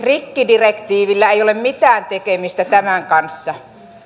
rikkidirektiivillä ei ole mitään tekemistä tämän kanssa